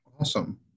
Awesome